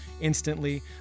instantly